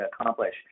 accomplish